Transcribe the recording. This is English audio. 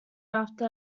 after